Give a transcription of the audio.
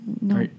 No